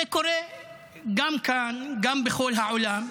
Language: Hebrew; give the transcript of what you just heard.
זה קורה גם כאן, גם בכל העולם.